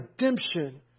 redemption